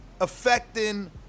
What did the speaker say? affecting